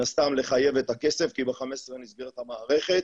הסתם לחייב את הכסף כי ב-15 נסגרת המערכת.